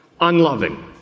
unloving